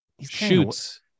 Shoots